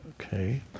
okay